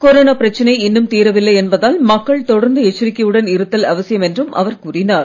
corona பிரச்சனை இன்னும் தீரவில்லை என்பதால் மக்கள் தொடர்ந்து எச்சரிக்கையுடன் இருத்தல் அவசியம் என்றும் அவர் கூறினார்